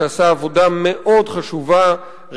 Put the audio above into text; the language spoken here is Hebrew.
שעשה עבודה חשובה מאוד,